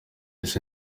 ese